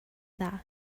dda